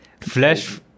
Flash